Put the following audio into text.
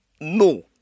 No